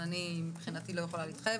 שמסדירה את הנושא של שירותי בריאות.